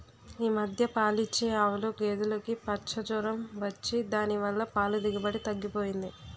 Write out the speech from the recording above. ఈ మధ్య పాలిచ్చే ఆవులు, గేదులుకి పచ్చ జొరం వచ్చి దాని వల్ల పాల దిగుబడి తగ్గిపోయింది